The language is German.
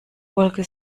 wolke